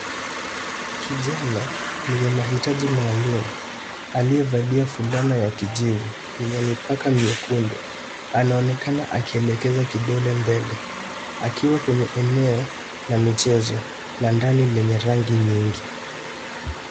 Kijana mwenye mahitaji maalum aliyevalia fulana ya kijivu yenye mipaka mekundu . Anaonekana akielekeza kidole mbele, akiwa kwenye eneo la michezo la ndani lenye rangi nyingi.